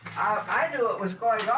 i knew it was going.